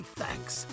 thanks